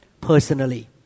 personally